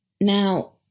Now